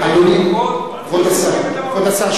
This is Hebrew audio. כבוד השר,